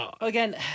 Again